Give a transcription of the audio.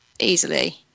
Easily